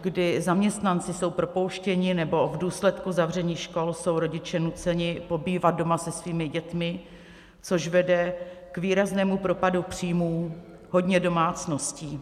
kdy zaměstnanci jsou propouštěni nebo v důsledku zavřených škol jsou rodiče nuceni pobývat doma se svými dětmi, což vede k výraznému propadu příjmů hodně domácností.